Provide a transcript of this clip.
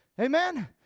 Amen